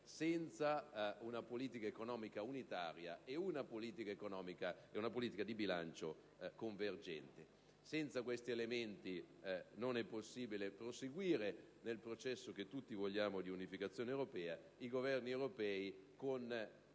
senza una politica economica unitaria e una politica di bilancio convergente. Senza questi elementi non è possibile proseguire nel processo che tutti vogliamo di unificazione europea. I Governi europei, con